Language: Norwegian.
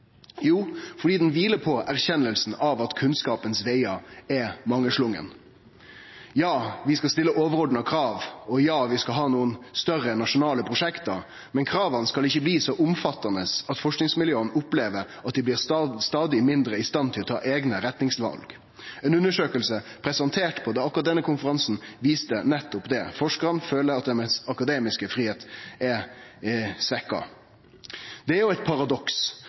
Fordi han kviler på erkjenninga om at kunnskapens vegar er mangslungne. Ja, vi skal stille overordna krav, og ja, vi skal ha nokre større nasjonale prosjekt. Men krava skal ikkje bli så omfattande at forskingsmiljøa opplever at dei blir stadig mindre i stand til å ta eigne retningsval. Ei undersøking presentert på akademikarkonferansen viste nettopp det. Forskarane føler at deira akademiske fridom er svekt. Det er eit paradoks